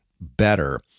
better